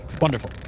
wonderful